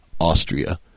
Austria